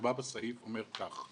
שנקבע בסעיף אומר כך,